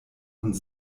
und